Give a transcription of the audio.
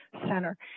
center